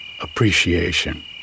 appreciation